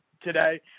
today